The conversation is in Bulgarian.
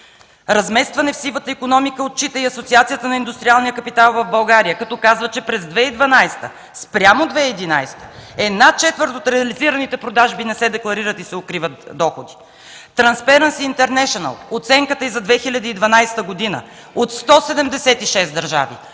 Разместване в сивата икономика отчита и Асоциацията на индустриалния капитал в България, като казва, че през 2012 г. спрямо 2011 г. една четвърт от реализираните продажби не се декларират и се укриват доходи. „Трансферанс интернешънъл” – оценката й за 2012 година. От 176 държави